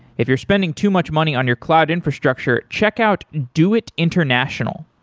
if you're spending too much money on your cloud infrastructure, check out doit international.